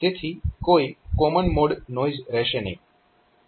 તેથી કોઈ common mode noise રહેશે નહિ